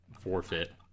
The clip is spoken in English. forfeit